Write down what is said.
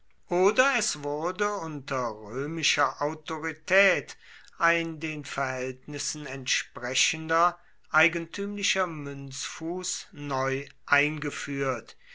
oder es wurde unter römischer autorität ein den verhältnissen entsprechender eigentümlicher münzfuß neu eingeführt